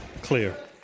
clear